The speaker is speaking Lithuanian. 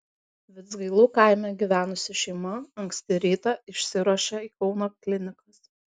vidzgailų kaime gyvenusi šeima anksti rytą išsiruošė į kauno klinikas